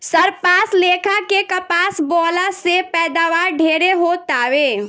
सरपास लेखा के कपास बोअला से पैदावार ढेरे हो तावे